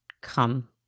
come